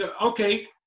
Okay